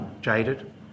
jaded